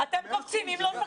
אתם קופצים אם לא זכיתם,